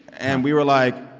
and we were like,